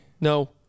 No